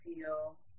feel